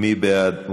מי בעד?